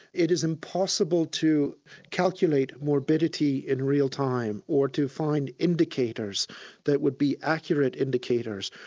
it isn't possible to calculate morbidity in real time, or to find indicators that would be accurate indicators.